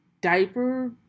diaper